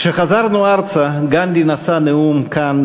כשחזרנו ארצה גנדי נשא נאום כאן,